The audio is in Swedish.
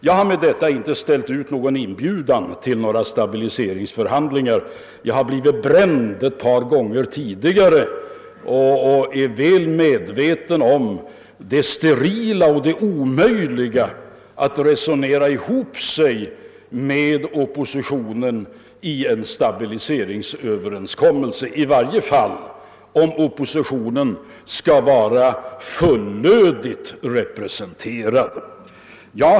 Jag har med detta inte ställt ut någon inbjudan till några stabiliseringsförhandlingar. Jag har blivit bränd ett par gånger tidigare och är väl medveten om det sterila och omöjliga i att försöka resonera ihop sig med oppositionen i en stabiliseringsöverenskommelse, i varje fall om oppositionen skall vara fullödigt representerad.